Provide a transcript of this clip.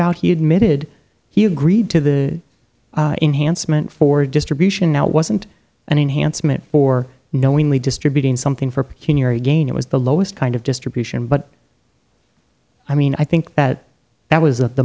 out he admitted he agreed to the enhancement for distribution not wasn't an enhancement for knowingly distributing something for again it was the lowest kind of distribution but i mean i think that that was at the